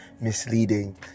misleading